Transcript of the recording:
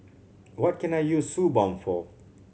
what can I use Suu Balm for